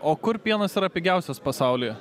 o kur pienas yra pigiausias pasaulyje